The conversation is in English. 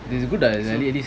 it is a good ah it is